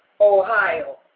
Ohio